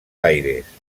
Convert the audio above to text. aires